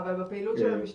אבל על הפעילות של המשטרה?